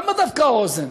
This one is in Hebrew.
למה דווקא האוזן?